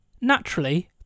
Naturally